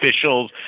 officials